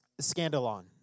scandalon